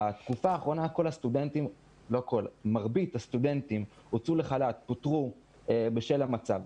בתקופה האחרונה מרבית הסטודנטים הוצאו לחל"ת או פוטרו בשל המצב.